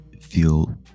feel